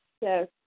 Yes